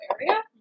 area